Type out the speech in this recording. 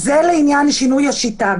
זה לעניין שינוי השיטה.